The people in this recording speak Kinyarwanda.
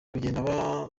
kugenda